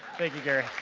thank you, gary.